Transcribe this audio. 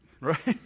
Right